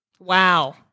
Wow